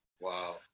Wow